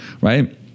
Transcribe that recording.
right